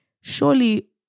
surely